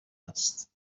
است